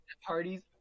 Parties